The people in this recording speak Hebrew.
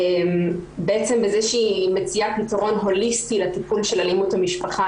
בעצם בזה שהיא מציעה פתרון הוליסטי לטיפול של אלימות במשפחה,